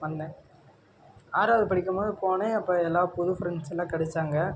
பண்ணேன் ஆறாவது படிக்கும்போது போனேன் அப்போ எல்லாம் புது ஃப்ரெண்ட்ஸ்லாம் கெடைச்சாங்க